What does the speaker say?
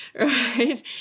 right